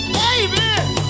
baby